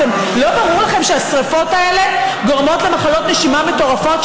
לא ברור לכם שהשרפות האלה גורמות למחלות נשימה מטורפות?